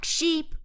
Sheep